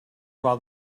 while